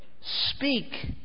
Speak